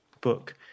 book